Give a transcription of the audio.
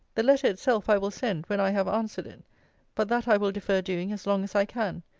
the letter itself i will send, when i have answered it but that i will defer doing as long as i can,